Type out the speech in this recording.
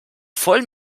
voll